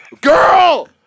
girl